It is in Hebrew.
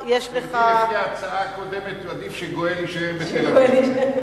לפי ההצעה הקודמת, עדיף שגואל ישב בתל-אביב.